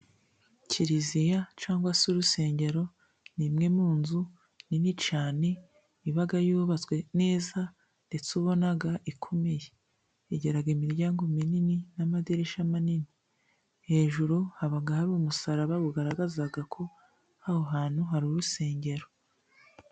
Kiriziya cyangwa se urusengero, ni imwe mu nzu nini cyane iba yubatswe neza, ndetse ubona ikomeye. Igira imiryango minini n'amadirisha manini, hejuru haba hari umusaraba, ugaragaza ko aho hantu hari urusengero.